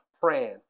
praying